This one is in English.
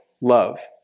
love